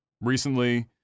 recently